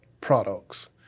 products